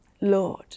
Lord